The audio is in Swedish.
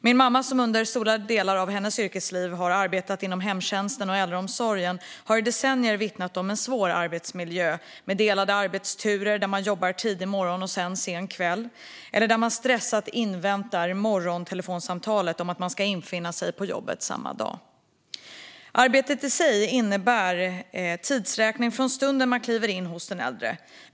Min mamma, som under stora delar av sitt arbetsliv har arbetat inom hemtjänsten och äldreomsorgen, har i decennier vittnat om en svår arbetsmiljö med delade arbetsturer där man jobbar tidig morgon och sen kväll eller där man stressat inväntar morgontelefonsamtalet om att man ska infinna sig på jobbet samma dag. Arbetet i sig innebär tidsräkning från stunden man kliver in hos den äldre.